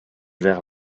vers